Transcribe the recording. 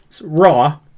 Raw